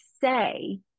say